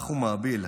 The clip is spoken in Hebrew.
לח ומהביל.